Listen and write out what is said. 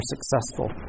successful